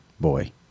boy